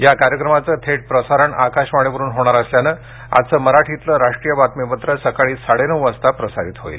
या कार्यक्रमाचं थेट प्रसारण आकाशवाणीवरून होणार असल्यानं आजचं मराठीतलं राष्ट्रीय बातमीपत्र सकाळी साडेनऊ वाजता प्रसारित होईल